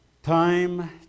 Time